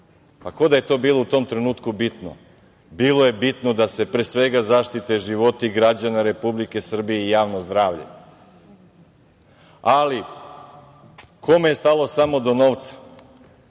Kao da je to bilo u tom trenutku bitno. Bilo je bitno, da se pre svega zaštite životi građana Republike Srbije i javno zdravlje. Ali, kome je stalo samo do novca?